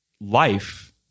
life